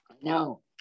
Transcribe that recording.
No